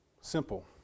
Simple